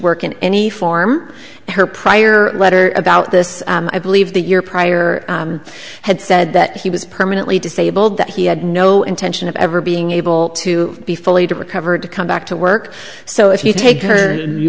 work in any form her prior letter about this i believe the year prior had said that he was permanently disabled that he had no intention of ever being able to be fully to recover to come back to work so if you take her